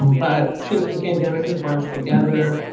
but since the pandemic has brought us together,